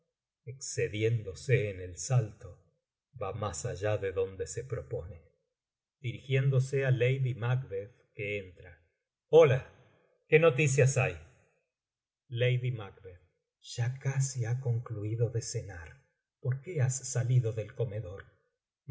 va más allá de donde se propone dirigiéndose á lady macbeth que entra hola qué uoticias hay ya casi ha concluido de cenar por qué has salido del comedor